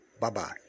Bye-bye